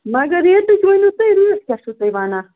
مگر ریٹٕچ ؤنِو تُہۍ ریٹ کیٛاہ چھُو تُہۍ وَنان